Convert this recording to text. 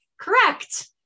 Correct